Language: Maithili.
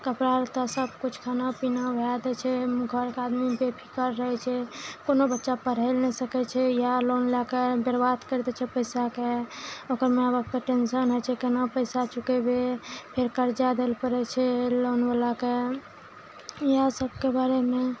कपड़ा लत्ता सबकिछु खाना पीना वएह दै छै घरके आदमी बेफिक्र रहय छै कोनो बच्चा पढ़य लए नहि सकय छै इएह लोन लए कऽ बर्बाद करि दै छै पैसाके ओकर मैआ बापके टेन्शन होइ छै केना पैसा चुकेबइ फेर कर्जा देल पड़य छै लोनवला के इएह सबके बारेमे